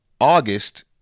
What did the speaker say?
August